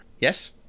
Yes